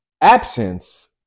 absence